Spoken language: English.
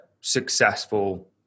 successful